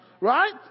Right